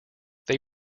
they